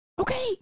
Okay